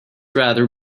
rather